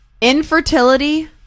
Infertility